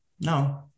no